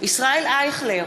ישראל אייכלר,